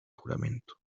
juramento